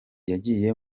yagiye